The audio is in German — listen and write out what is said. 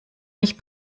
mich